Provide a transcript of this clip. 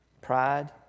Pride